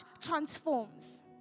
transforms